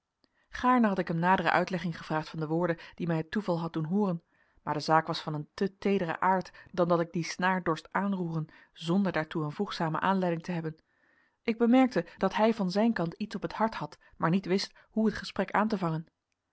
gaarne had ik hem nadere uitlegging gevraagd van de woorden die mij het toeval had doen hooren maar de zaak was van een te teederen aard dan dat ik die snaar dorst aanroeren zonder daartoe een voegzame aanleiding te hebben ik bemerkte dat hij van zijn kant iets op het hart had maar niet wist hoe het gesprek aan te vangen